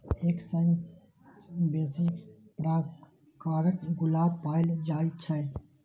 एक सय सं बेसी प्रकारक गुलाब पाएल जाए छै